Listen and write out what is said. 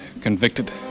convicted